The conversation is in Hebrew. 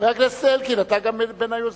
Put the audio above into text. חבר הכנסת אלקין, גם אתה בין היוזמים.